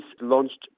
launched